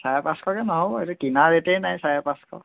চাৰে পাঁচশকৈ নহ'ব এইটো কিনা ৰেটেই নাই চাৰে পাঁচশ